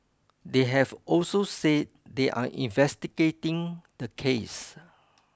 they have also said they are investigating the case